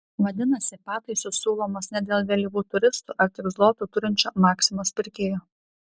vadinasi pataisos siūlomos ne dėl vėlyvų turistų ar tik zlotų turinčio maksimos pirkėjo